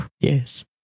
Yes